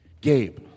Gabe